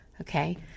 okay